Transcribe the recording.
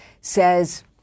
says